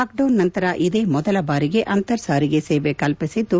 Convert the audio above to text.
lockdown ನಂತರ ಇದೇ ಮೊದಲ ಬಾರಿಗೆ ಅಂತರ್ ಸಾರಿಗೆ ಸೇವೆ ಕಲ್ಪಿಸಿದ್ದು